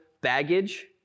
baggage